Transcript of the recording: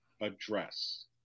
address